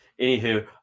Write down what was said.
anywho